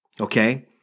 okay